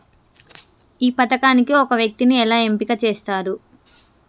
ఈ పథకానికి ఒక వ్యక్తిని ఎలా ఎంపిక చేస్తారు?